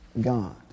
God